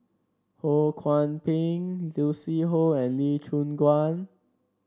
Ho Kwon Ping Lucy Koh and Lee Choon Guan